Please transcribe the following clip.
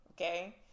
Okay